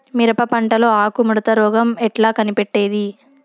మిరప పంటలో ఆకు ముడత రోగం ఎట్లా కనిపెట్టేది?